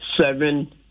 seven